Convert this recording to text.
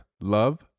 love